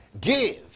Give